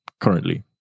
currently